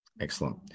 Excellent